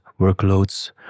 workloads